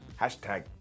Hashtag